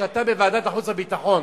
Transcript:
בוועדת חוץ וביטחון,